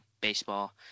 baseball